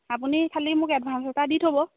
আপুনি খালি মোক এডভাঞ্চ এটা দি থ'ব